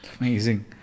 Amazing